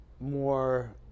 more